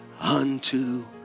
unto